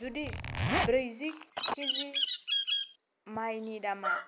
जुदि ब्रैजि कि जि माइनि दामा